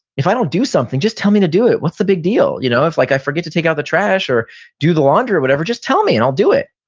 if i don't do something, just tell me to do it. what's the big deal? you know if like i forget to take out the trash, or do the laundry or whatever, just tell me and i'll do it.